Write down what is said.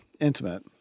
intimate